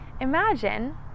Imagine